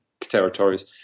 territories